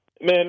Man